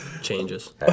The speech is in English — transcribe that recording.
Changes